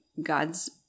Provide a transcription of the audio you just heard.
God's